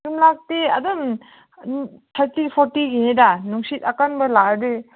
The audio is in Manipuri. ꯌꯨꯝꯅꯥꯛꯇꯤ ꯑꯗꯨꯝ ꯎꯝ ꯊꯥꯔꯇꯤ ꯐꯣꯔꯇꯤꯒꯤꯅꯤꯗ ꯅꯨꯡꯁꯤꯠ ꯑꯀꯟꯕ ꯂꯥꯛꯂꯗꯤ